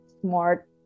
smart